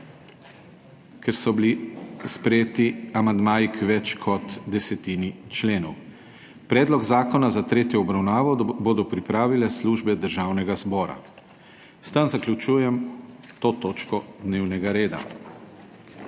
ker so bili sprejeti amandmaji k več kot desetini členov. Predlog zakona za tretjo obravnavo bodo pripravile službe Državnega zbora. S tem zaključujem to točko dnevnega reda.